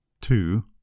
Two